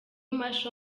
masho